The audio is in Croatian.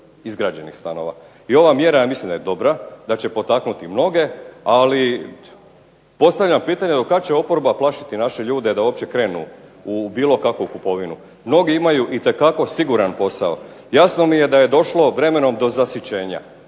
izgrađenih stanova. I ova mjera ja mislim da je dobra, da će potaknuti mnoge ali postavljam pitanje do kad će oporba plašiti naše ljude da uopće krenu u bilo kakvu kupovinu. Mnogi imaju itekako siguran posao. Jasno mi je da je došlo vremenom do zasićenja.